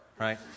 right